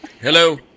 Hello